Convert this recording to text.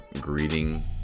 greeting